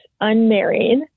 unmarried